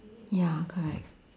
ya correct